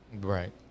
Right